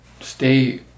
stay